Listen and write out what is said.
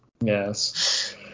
Yes